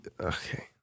Okay